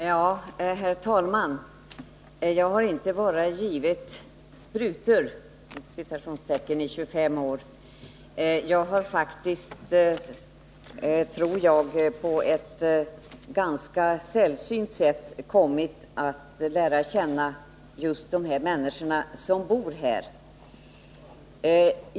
Herr talman! Jag har inte bara givit sprutor i 25 år. Jag tror att jag på ett ganska sällsynt sätt har kommit att lära känna människorna som bor här.